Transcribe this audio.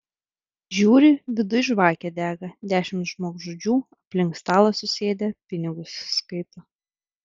žiūri viduj žvakė dega dešimt žmogžudžių aplink stalą susėdę pinigus skaito